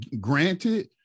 granted